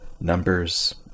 numbers